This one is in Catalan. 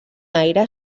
aire